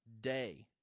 day